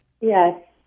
Yes